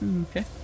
okay